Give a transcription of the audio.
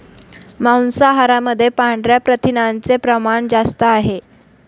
मांसाहारामध्ये पांढऱ्या प्रथिनांचे प्रमाण जास्त असते